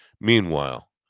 Meanwhile